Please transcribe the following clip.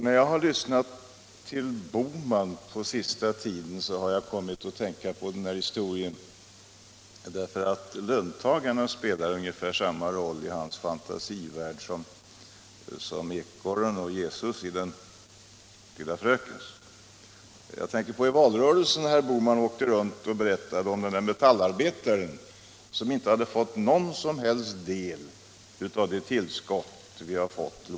När jag har lyssnat på herr Bohman den senaste tiden har jag kommit att tänka på den här historien, därför att löntagarna spelar ungefär samma roll i hans fantasivärld som ekorren och Jesus i den lilla frökens. Herr Bohman åkte ju under valrörelsen omkring och berättade om den där metallarbetaren, som inte hade fått någon som helst del av vår välståndsökning.